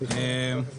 אין בעיה.